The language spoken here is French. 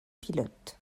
pilote